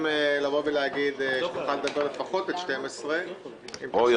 לבוא ולהגיד שנוכל לדבר לפחות עד 24:00 -- או יותר.